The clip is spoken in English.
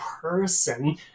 person